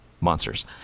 monsters